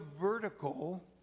vertical